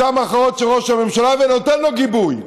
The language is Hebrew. אותן הכרעות של ראש הממשלה, ואני נותן לו גיבוי.